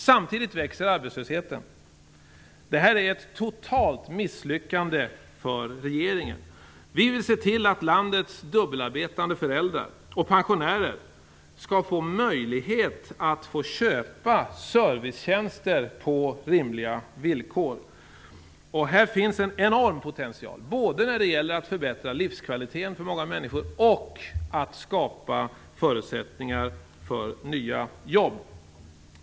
Samtidigt växer arbetslösheten. Detta är ett totalt misslyckande för regeringen. Vi vill se till att landets dubbelarbetande föräldrar och pensionärer får möjlighet att köpa servicetjänster på rimliga villkor. Här finns en enorm potential, både när det gäller att förbättra livskvaliteten för många människor och när det gäller att skapa förutsättningar för nya jobb.